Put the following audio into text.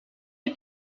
les